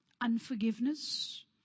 Unforgiveness